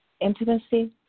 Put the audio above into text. intimacy